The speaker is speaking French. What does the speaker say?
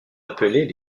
appelés